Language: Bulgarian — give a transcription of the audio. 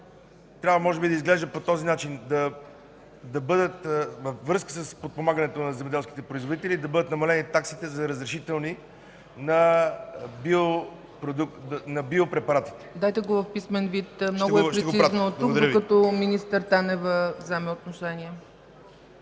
Трябва може би да изглежда по този начин – във връзка с подпомагането на земеделските производители да бъдат намалени таксите за разрешителни на биопрепаратите. ПРЕДСЕДАТЕЛ ЦЕЦКА ЦАЧЕВА: Дайте го в писмен вид, много е прецизно от тук, докато министър Танева вземе отношение.